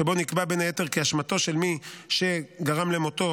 שבו נקבע בין היתר כי אשמתו של מי שגרם למותו